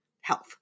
health